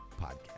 podcast